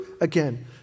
again